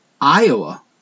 Iowa